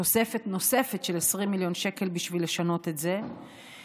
תוספת נוספת של 20 מיליון שקל בשביל לשנות את זה,